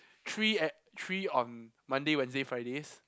three at three on Monday Wednesday Fridays